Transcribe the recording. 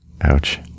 Ouch